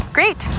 Great